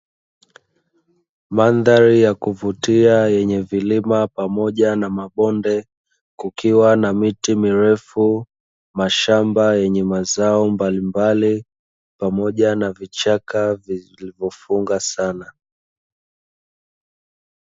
Mandhari ya kuvutia yenye vilima pamoja na mabonde, kukiwa na miti mirefu, mashamba yenye mazao mbalimbali, pamoja na vichaka vilivyofunga sana.